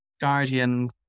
guardian